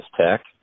Tech